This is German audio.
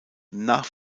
nach